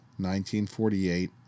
1948